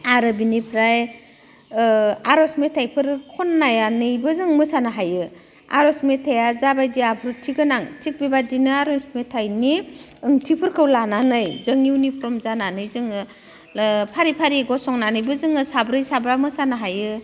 आरो बिनिफ्राय आर'ज मेथाइफोर खननानैबो जों मोसानो हायो आर'ज मेथाइआ जाबायदि आब्रुथिगोनां थिख बेबादिनो आरो आर'ज मेथाइनि ओंथिफोरखौ लानानै इउनिफर्म जानानै जोङो फारि फारि गसंनानैबो जोङो साब्रै साबा मोसानो हायो